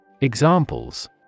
Examples